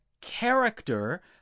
character